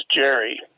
Jerry